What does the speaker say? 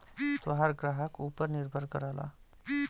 तोहार ग्राहक ऊपर निर्भर करला